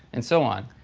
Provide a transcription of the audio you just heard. and so on.